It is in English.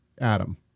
Adam